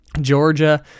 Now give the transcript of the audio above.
Georgia